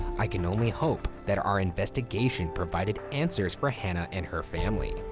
i can only hope that our investigation provided answers for hannah and her family.